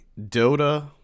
dota